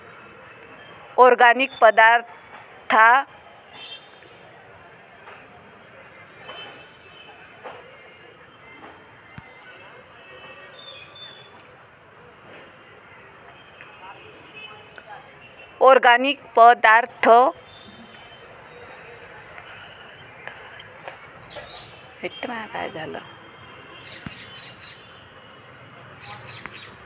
organic पदार्ताथ आनुवान्सिक रुपात संसोधीत जीव जी.एम.ओ नसतात